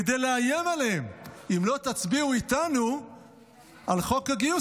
כדי לאיים עליהם: אם לא תצביעו איתנו על חוק הגיוס,